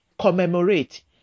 commemorate